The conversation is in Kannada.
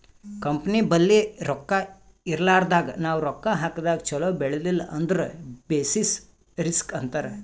ಕಂಪನಿ ಬಲ್ಲಿ ರೊಕ್ಕಾ ಇರ್ಲಾರ್ದಾಗ್ ನಾವ್ ರೊಕ್ಕಾ ಹಾಕದಾಗ್ ಛಲೋ ಬೆಳಿಲಿಲ್ಲ ಅಂದುರ್ ಬೆಸಿಸ್ ರಿಸ್ಕ್ ಅಂತಾರ್